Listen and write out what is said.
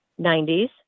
90s